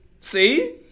See